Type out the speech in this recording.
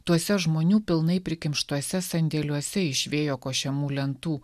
tuose žmonių pilnai prikimštuose sandėliuose iš vėjo košiamų lentų